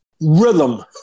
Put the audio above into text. rhythm